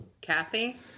Kathy